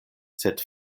sed